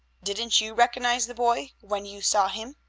didn't you recognize the boy when you saw him?